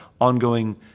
ongoing